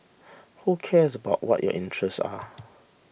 who cares about what your interests are